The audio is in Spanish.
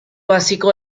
básico